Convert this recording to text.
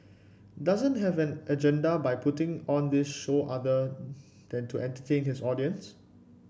doesn't have an agenda by putting on this show other than to entertain his audience